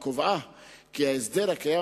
וקבעה כי ההסדר הקיים,